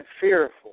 fearful